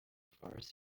forces